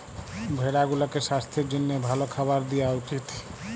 ভেড়া গুলাকে সাস্থের জ্যনহে ভাল খাবার দিঁয়া উচিত